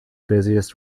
busiest